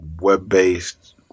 web-based